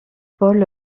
paul